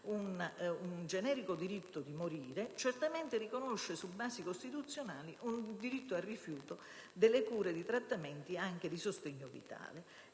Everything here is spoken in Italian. un generico diritto di morire, certamente riconosce su basi costituzionali il diritto al rifiuto delle cure di trattamento, anche di sostegno vitale.